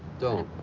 don't.